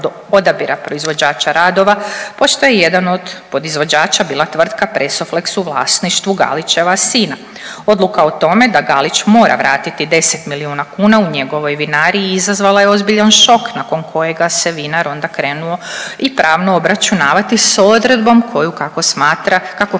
odabira proizvođača radova pošto je jedan od podizvođača bila tvrtka Presoflex u vlasništvu Galićeva sina. Odluka o tome da Galić mora vratiti 10 milijuna kuna u njegovoj vinariji izazvala je ozbiljan šok nakon kojega se vinar onda krenuo i pravno obračunavati s odredbom koju, kako smatra, kako